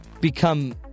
become